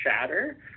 shatter